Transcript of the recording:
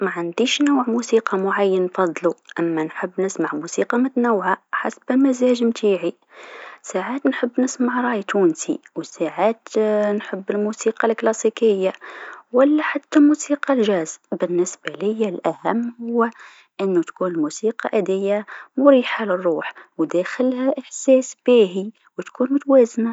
معنديش نوع موسيقى معين نفضلو، أما نفضل نسمع موسيقى متنوعه حسب مزاج نتاعي، ساعات نسمع راي تونسي و ساعات نحب الموسيقى الكلاسيكه و لا حتى الموسيقى الجاز، بالنسبه ليا الأهم هو أنو تكون الموسيقى هاذيا مريحه للروح و داخلها إحساس باهي و تكوني متوازنه.